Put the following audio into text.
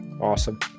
Awesome